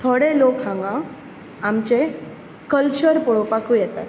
थोडे लोक हांगां आमचे कल्चर पळोवपाकूय येतात